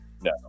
No